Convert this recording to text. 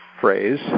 phrase